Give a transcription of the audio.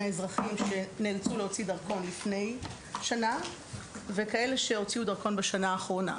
האזרחים שנאלצו להוציא דרכון לפני שנה וכאלה שהוציאו דרכון בשנה האחרונה.